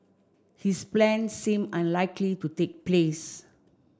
his plans seem unlikely to take place